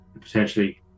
potentially